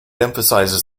emphasises